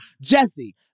Jesse